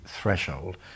threshold